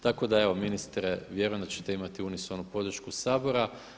Tako da evo ministre vjerujem da ćete imati unisonu podršku Sabora.